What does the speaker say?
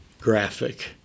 graphic